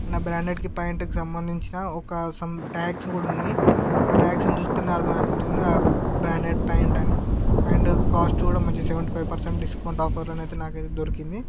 and branded ప్యాంటుకి సంబంధించిన ఒక సమ్ ట్యాగ్స్ కూడా ఉన్నాయి ఆ ట్యాగ్స్ని చూస్తుంటే అర్దమైపోతుంది బ్రాండెడ్ ప్యాంటని అండ్ కాస్ట్ కూడా మంచి సెవెంటీ ఫైవ్ పర్సెంట్ డిస్కౌంట్ ఆఫర్లో అయితే నాకైతే దొరికింది